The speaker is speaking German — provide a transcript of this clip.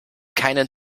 keinen